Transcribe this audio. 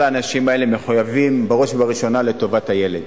כל האנשים האלה מחויבים בראש ובראשונה לטובת הילד.